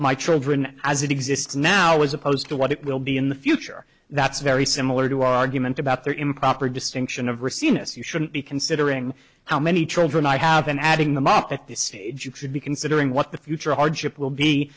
my children as it exists now as opposed to what it will be in the future that's very similar to our argument about their improper distinction of or seen us you shouldn't be considering how many children i have been adding them up at this stage you should be considering what the future hardship will be